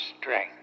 strength